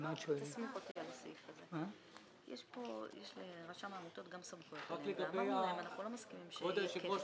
כבוד היושב-ראש,